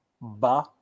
Ba